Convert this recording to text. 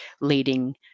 leading